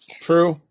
True